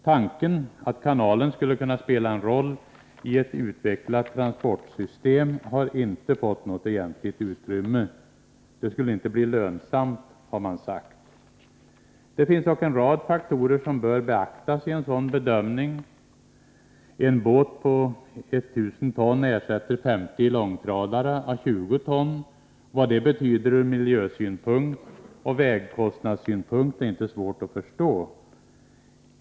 Tanken att kanalen skulle kunna spela en roll i ett utvecklat transportsystem har inte fått något egentligt utrymme. Det skulle inte bli lönsamt, har man sagt. Det finns dock en rad faktorer som bör beaktas i en sådan bedömning. En båt på 1000 ton ersätter 50 långtradare å 20 ton. Vad det betyder ur miljösynpunkt och vägkostnadssynpunkt är inte svårt att förstå.